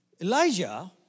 Elijah